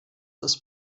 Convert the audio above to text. ist